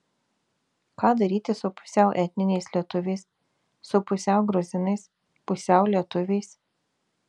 ką daryti su pusiau etniniais lietuviais su pusiau gruzinais pusiau lietuviais